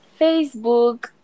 Facebook